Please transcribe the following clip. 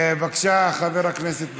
בבקשה, חבר הכנסת בהלול.